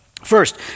First